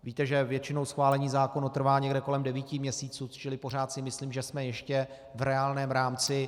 Víte, že většinou schválení zákonů trvá někde kolem devíti měsíců, čili pořád si myslím, že jsme ještě v reálném rámci.